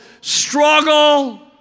struggle